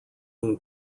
own